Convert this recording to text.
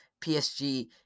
PSG